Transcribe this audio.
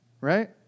right